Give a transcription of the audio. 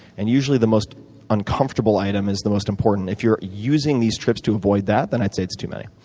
and usually the most uncomfortable item is the most important. if you're using these trips to avoid that, then i'd say it's too many.